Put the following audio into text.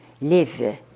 live